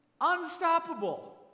unstoppable